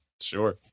Sure